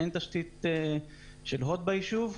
אין תשתית של הוט בישוב.